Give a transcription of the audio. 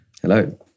Hello